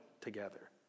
together